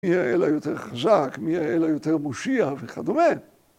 מי האל היותר חזק, מי האל היותר מושיע וכדומה.